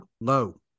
low